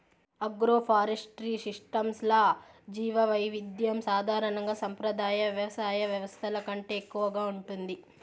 agroforestry సిస్టమ్స్లో జీవవైవిధ్యం సాధారణంగా సంప్రదాయ వ్యవసాయ వ్యవస్థల కంటే ఎక్కువగా ఉంటుంది